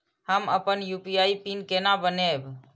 हम अपन UPI PIN केना बनैब?